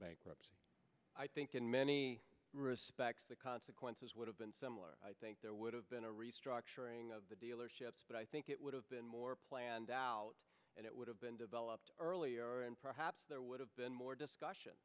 bankruptcy i think in many respects the consequences would have been similar i think there would have been a restructuring but i think it would have been more planned out and it would have been developed earlier and perhaps there would have been more discussion